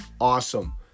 awesome